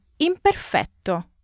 imperfetto